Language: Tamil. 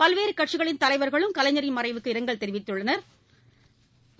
பல்வேறு கட்சிகளின் தலைவா்களும் கலைஞரின் மறைவுக்கு இரங்கல் தெரிவித்துள்ளனா்